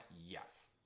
Yes